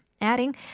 Adding